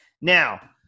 Now –